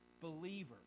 believer